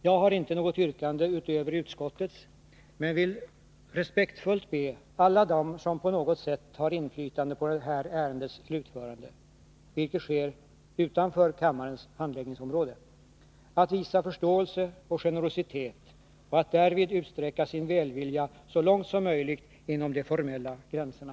Jag har inte något yrkande utöver utskottets, men jag vill respektfullt be alla dem som på något sätt har inflytande på det här ärendets slutförande — vilket sker utanför kammarens handläggningsområde — att visa förståelse och generositet och att därvid utsträcka sin välvilja så långt som möjligt inom de formella gränserna.